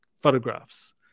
photographs